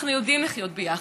אנחנו יודעים לחיות ביחד,